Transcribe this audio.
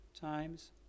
times